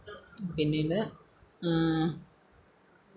പിന്നീട്